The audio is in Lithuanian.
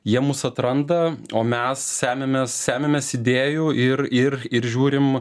jie mus atranda o mes semiamės semiamės idėjų ir ir ir žiūrim